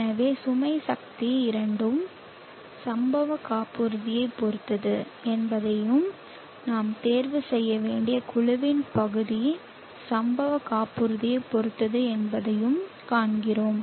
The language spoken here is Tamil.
எனவே சுமை சக்தி இரண்டும் சம்பவ காப்புறுதியைப் பொறுத்தது என்பதையும் நாம் தேர்வு செய்ய வேண்டிய குழுவின் பகுதியும் சம்பவ காப்புறுதியைப் பொறுத்தது என்பதைக் காண்கிறோம்